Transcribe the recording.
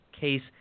case